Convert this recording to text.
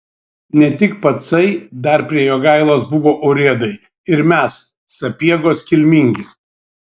ne tik pacai dar prie jogailos buvo urėdai ir mes sapiegos kilmingi